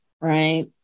right